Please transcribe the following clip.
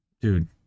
dude